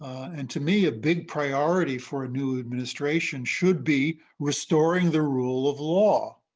and to me, a big priority for a new administration should be restoring the rule of law.